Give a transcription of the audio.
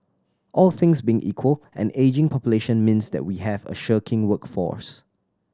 all things being equal an ageing population means that we have a shirking workforce